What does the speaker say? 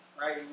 right